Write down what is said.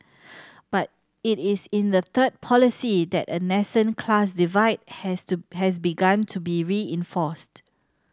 but it is in the third policy that a nascent class divide has to has begun to be reinforced